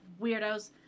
Weirdos